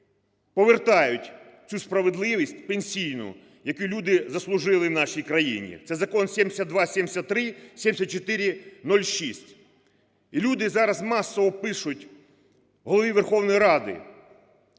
повертають цю справедливість пенсійну, яку люди заслужили в нашій країні, це Закон 7273, 7406. І люди зараз масово пишуть Голові Верховної Ради,